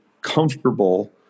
comfortable